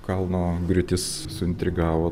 kalno griūtis suintrigavo